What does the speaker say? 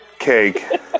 cake